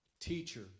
Teacher